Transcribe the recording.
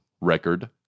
record